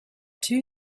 two